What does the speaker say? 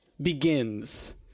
begins